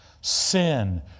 sin